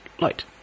light